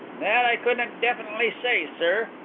that i couldn't definitely say, sir.